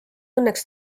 õnneks